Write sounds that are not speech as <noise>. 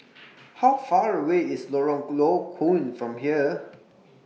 <noise> How Far away IS Lorong Low Koon from here <noise>